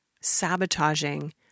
sabotaging